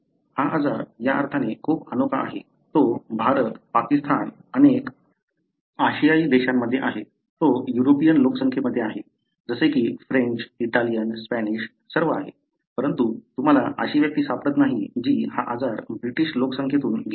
हा आजार या अर्थाने खूप अनोखा आहे तो भारत पाकिस्तान अनेक आशियाई देशांमध्ये आहे तो युरोपियन लोकसंख्येमध्ये आहे जसे की फ्रेंच इटालियन स्पॅनिश सर्व आहे परंतु तुम्हाला अशी व्यक्ती सापडत नाही जी हा आजार ब्रिटिश लोकसंख्येतून घेऊन आला आहे